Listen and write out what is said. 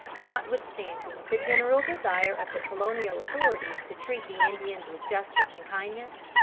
notwithstanding the general desire of the colonial authorities to treat the indians with justice and kindness,